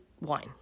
wine